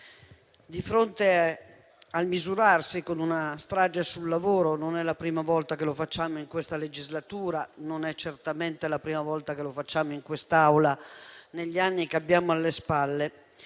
rispetto al misurarsi con una strage sul lavoro. Non è la prima volta che lo facciamo in questa legislatura e non è certamente la prima volta che lo facciamo in quest'Aula, negli anni che abbiamo alle spalle.